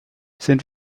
sind